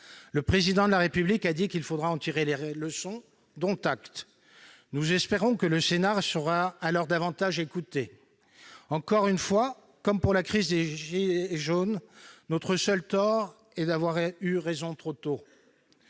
Le Président de la République a dit qu'il faudra en tirer les leçons, dont acte. Nous espérons que le Sénat sera alors davantage écouté. Encore une fois, comme pour la crise des gilets jaunes, notre seul tort est d'avoir eu raison trop tôt.